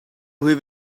have